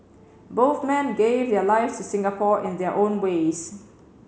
both men gave their lives to Singapore in their own ways